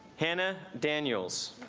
hannah daniels